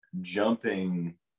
jumping